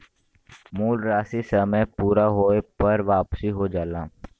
मूल राशी समय पूरा होये पर वापिस हो जाला